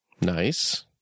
Nice